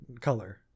color